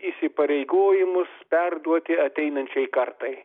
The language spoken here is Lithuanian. įsipareigojimus perduoti ateinančiai kartai